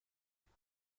باشی